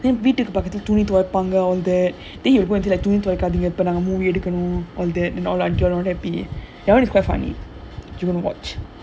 then வீட்டுக்கு பக்கத்துல துணி துவைப்பாங்க அந்த அது:veetukku pakkathula thuni thuvaipaanga andha adhu all that then he will எடுக்கனும்:edukkanum all that and அது:adhu happy that [one] is quite funny you going to watch